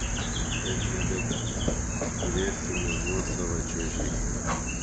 bet ne bėda turėsime nuosavą čiuožyklą